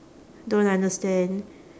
don't understand